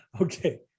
Okay